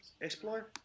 explore